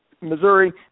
Missouri